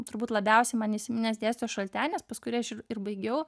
turbūt labiausiai man įsiminęs dėstytojas šaltenis pas kurį aš ir baigiau